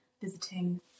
visiting